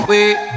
Wait